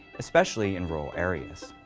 especially in rural areas.